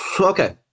Okay